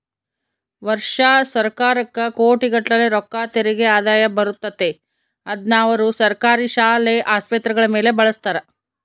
ವರ್ಷಾ ಸರ್ಕಾರಕ್ಕ ಕೋಟಿಗಟ್ಟಲೆ ರೊಕ್ಕ ತೆರಿಗೆ ಆದಾಯ ಬರುತ್ತತೆ, ಅದ್ನ ಅವರು ಸರ್ಕಾರಿ ಶಾಲೆ, ಆಸ್ಪತ್ರೆಗಳ ಮೇಲೆ ಬಳಸ್ತಾರ